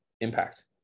impact